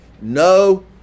No